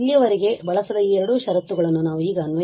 ಮತ್ತು ಇಲ್ಲಿಯವರೆಗೆ ಬಳಸದ ಈ ಎರಡು ಷರತ್ತುಗಳನ್ನು ನಾವು ಈಗ ಅನ್ವಯಿಸಬಹುದು